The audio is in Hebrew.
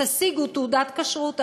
תשיגו תעודת כשרות,